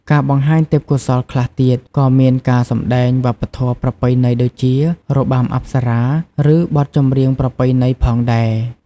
ការបង្ហាញទេពកោសល្យខ្លះទៀតក៏មានការសម្តែងវប្បធម៌ប្រពៃណីដូចជា របាំអប្សរា ឬ បទចម្រៀងប្រពៃណី ផងដែរ។